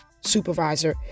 supervisor